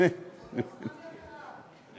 אתה